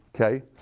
Okay